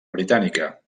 britànica